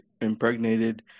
impregnated